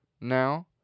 now